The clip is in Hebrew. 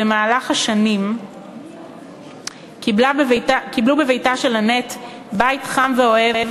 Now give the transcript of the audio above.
במהלך השנים קיבלו בביתה של אנט בית חם ואוהב